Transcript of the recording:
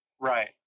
Right